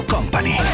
Company